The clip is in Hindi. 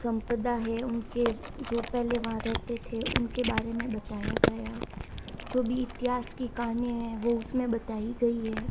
संपदा है उनके जो पहले वहाँ रहते थे उनके बारे में बताया गया है जो भी इतिहास की कहानियाँ हैं वो उसमें बताई गई है